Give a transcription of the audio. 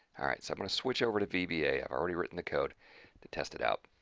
all right, so i'm going to switch over to vba, i've already written the code to test it out.